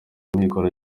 amikoro